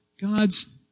God's